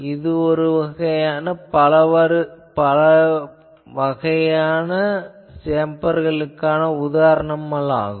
இது பலவற்றின் உதாரணம் ஆகும்